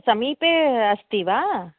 समीपे अस्ति वा